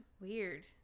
Weird